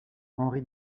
henri